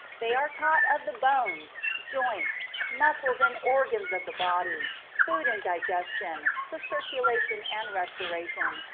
they are taught of the bones, joints, muscles, and organs of the body, food and digestion, the circulation and respiration,